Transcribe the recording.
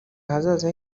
ahazaza